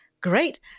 great